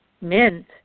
mint